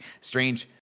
Strange